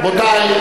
רבותי,